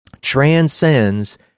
transcends